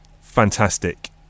fantastic